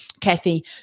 Kathy